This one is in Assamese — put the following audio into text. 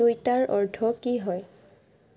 টুইটাৰ অৰ্থ কি হয়